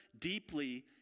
deeply